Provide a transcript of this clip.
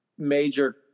major